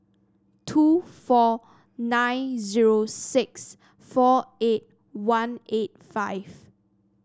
two four nine zero six four eight one eight five